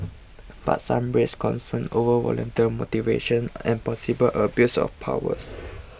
but some raised concerns over volunteer motivations and possible abuse of powers